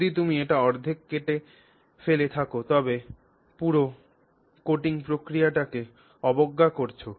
যদি তুমি এটি অর্ধেক কেটে ফেলে থাক তবে পুরো আবরণ প্রক্রিয়াটিকে অবজ্ঞা করছ